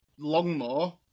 Longmore